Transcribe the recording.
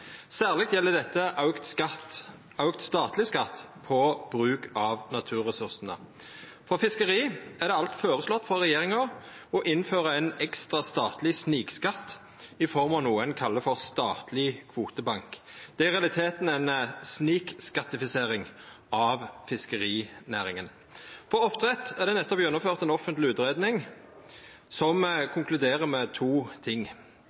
Særleg gjeld dette auka statleg skatt på bruk av naturressursane. For fiskeri er det alt føreslått av regjeringa å innføra ein ekstra, statleg snikskatt i form av noko ein kallar statleg kvotebank. Det er i realiteten ei «snikskattifisering» av fiskerinæringa. For oppdrett er det nettopp gjennomført ei offentleg utgreiing, som konkluderer med to ting: